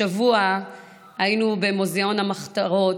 השבוע היינו במוזיאון המחתרות,